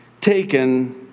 taken